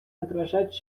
отражать